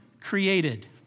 created